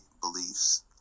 beliefs